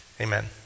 Amen